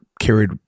carried